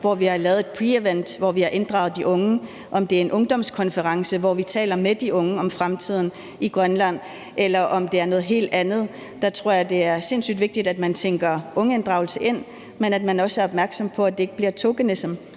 hvor vi har lavet en pre-event, hvor vi har inddraget de unge, om det er en ungdomskonference, hvor vi taler med de unge om fremtiden i Grønland, eller om det er noget helt tredje, tror jeg, det er sindssyg vigtigt, at man tænker ungeinddragelse ind, men at man også er opmærksom på, at det ikke bliver tokenism,